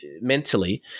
mentally